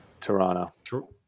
Toronto